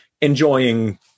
enjoying